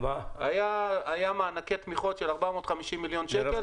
היו מענקי תמיכות של 450 מיליון שקל